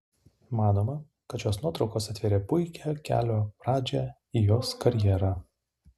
manoma kad šios nuotraukos atvėrė puikią kelio pradžią į jos karjerą